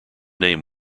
name